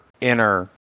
inner